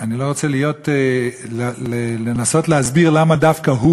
ואני לא רוצה לנסות להסביר למה דווקא הוא